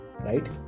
Right